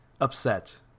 upset